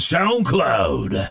SoundCloud